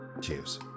Cheers